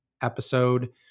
episode